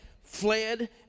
fled